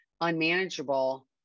unmanageable